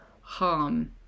harm